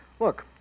look